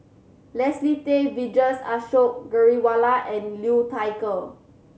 Leslie Tay Vijesh Ashok Ghariwala and Liu Thai Ker